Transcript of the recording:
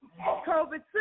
COVID